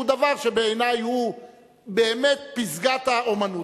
דבר שבעיני הוא באמת פסגת האמנות,